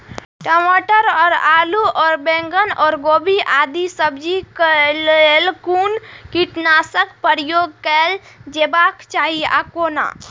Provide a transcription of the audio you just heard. टमाटर और आलू और बैंगन और गोभी आदि सब्जी केय लेल कुन कीटनाशक प्रयोग कैल जेबाक चाहि आ कोना?